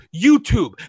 YouTube